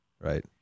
right